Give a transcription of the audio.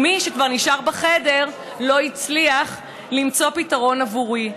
מי שכבר נשאר בחדר, לא הצליח למצוא פתרון עבורי.